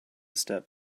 step